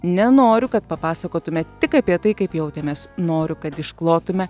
nenoriu kad papasakotume tik apie tai kaip jautėmės noriu kad išklotume